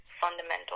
fundamental